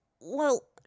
Well